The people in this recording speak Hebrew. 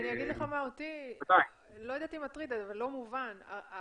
אני אגיד לך מה לא מובן לי.